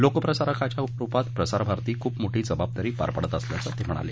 लोक प्रसारकाच्या रुपात प्रसार भारती खूप मोठी जबाबदारी पार पाडत असल्याचं ते म्हणाले